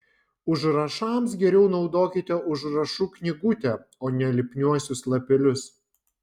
užrašams geriau naudokite užrašų knygutę o ne lipniuosius lapelius